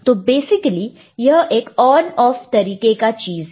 तो बेसिकली यह एक ऑन ऑफ तरीके का चीज है